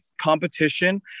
competition